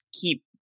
keep